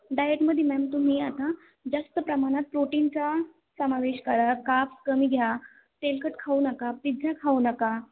डाएटमध्ये ma'am तुम्ही आता जास्त प्रमाणात प्रोटीन चा समावेश करा काप कमी घ्या तेलकट खाऊ नका पिझ्झा खाऊ नका